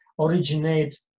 originate